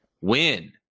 win